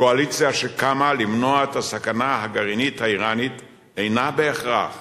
הקואליציה שקמה למנוע את הסכנה הגרעינית האירנית אינה בהכרח